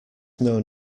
known